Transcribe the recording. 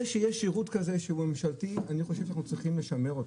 אני חושב שאת השירות הזה שהוא ממשלתי צריך לשמר.